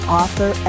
author